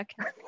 okay